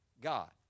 God